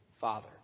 father